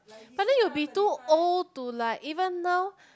but then you will be too old to like even now